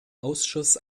ausschuss